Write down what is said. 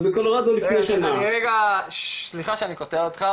אז בקולורדו לפני שנה- -- סליחה שאני קוטע אותך,